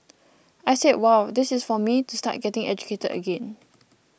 I said wow this is for me to start getting educated again